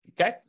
Okay